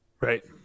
Right